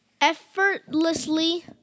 Effortlessly